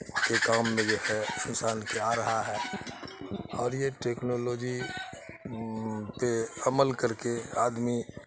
کے کام میں جو ہے انسان کے آ رہا ہے اور یہ ٹیکنالوجی پہ عمل کر کے آدمی